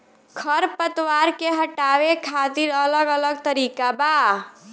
खर पतवार के हटावे खातिर अलग अलग तरीका बा